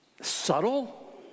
subtle